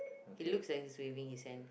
he looks like he's waving his hand